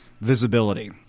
visibility